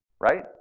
Right